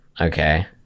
okay